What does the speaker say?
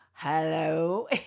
hello